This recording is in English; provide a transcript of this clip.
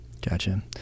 Gotcha